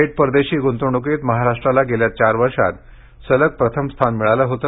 थेट परदेशी गुंतवणुकीत महाराष्ट्राला गेल्या चार वर्षात सलग प्रथम स्थान मिळाले होते